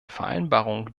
vereinbarung